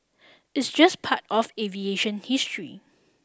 it's just part of aviation history